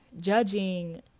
Judging